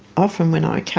often when i come